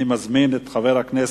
אני מזמין את חבר הכנסת